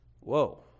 Whoa